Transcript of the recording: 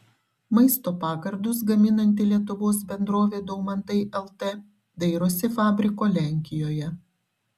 maisto pagardus gaminanti lietuvos bendrovė daumantai lt dairosi fabriko lenkijoje